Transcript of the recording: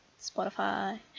Spotify